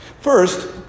First